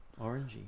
orangey